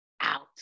out